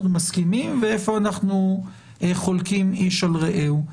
מסכימים ואיפה אנחנו חולקים איש על רעהו.